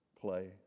play